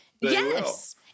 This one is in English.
Yes